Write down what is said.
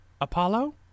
Apollo